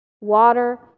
Water